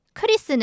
Chris